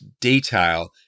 detail